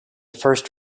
first